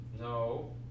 No